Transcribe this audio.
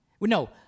No